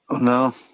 No